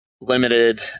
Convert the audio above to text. limited